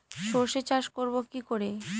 সর্ষে চাষ করব কি করে?